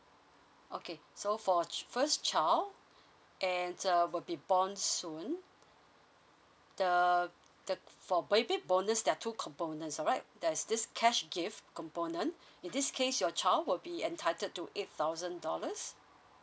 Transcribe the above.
okay so for first child and uh will be born soon the the for baby bonus there are two components alright there's this cash gift component in this case your child will be entitled to eight thousand dollars